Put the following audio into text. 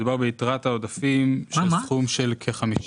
מדובר ביתרת העודפים של סכום של כ-50